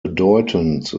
bedeutend